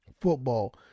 football